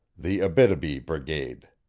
the abitibi brigade.